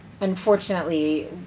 Unfortunately